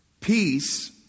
Peace